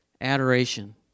adoration